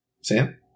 Sam